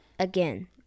again